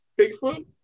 Bigfoot